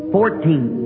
Fourteen